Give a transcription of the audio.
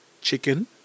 Chicken